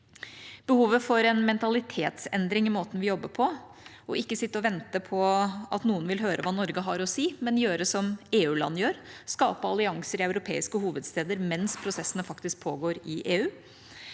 behovet for en mentalitetsendring i måten vi jobber på – ikke sitte og vente på at noen vil høre hva Norge har å si, men gjøre som EU-land gjør, skape allianser i europeiske hovedsteder mens prosessene faktisk pågår i EU